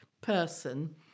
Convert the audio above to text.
person